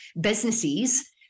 businesses